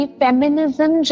feminism